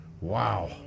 Wow